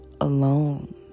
alone